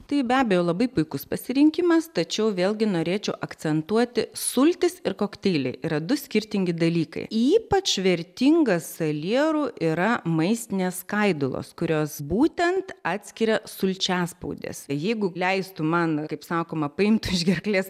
tai be abejo labai puikus pasirinkimas tačiau vėlgi norėčiau akcentuoti sultis ir kokteilį yra du skirtingi dalykai ypač vertingas salierų yra maistinės skaidulos kurios būtent atskiria sulčiaspaudes jeigu leistų man kaip sakoma paimti už gerklės